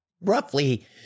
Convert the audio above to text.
roughly